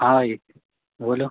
हाँ जी बोलो